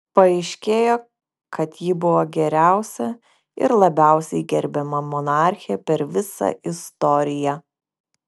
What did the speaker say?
paaiškėjo kad ji buvo geriausia ir labiausiai gerbiama monarchė per visą istoriją